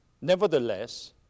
Nevertheless